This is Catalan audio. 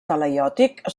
talaiòtic